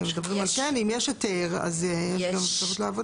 אתם מדברים על כן, אם יש היתר, אז גם שעות העבודה.